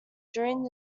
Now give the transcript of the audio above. during